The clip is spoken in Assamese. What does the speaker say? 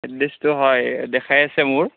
এড্ৰেছটো হয় দেখাই আছে মোৰ